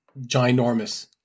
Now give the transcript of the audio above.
ginormous